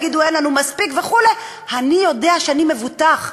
יגידו: אין לנו מספיק וכו' אני יודע שאני מבוטח,